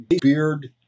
beard